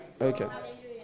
Okay